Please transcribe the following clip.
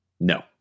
No